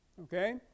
Okay